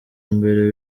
mbere